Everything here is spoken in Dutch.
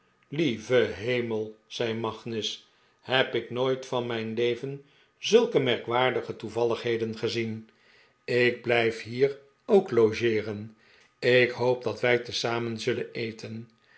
lieve heriiel zei magnus heb ik ooit van mijn leven zulke merkwaardige toevalligheden gezien ik blijf hier ook logeeren ik hoop dat wij tezamen zullen eten